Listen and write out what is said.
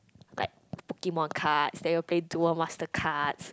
like Pokemon cards then we all play Duo Master cards